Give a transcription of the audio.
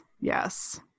yes